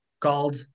called